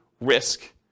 risk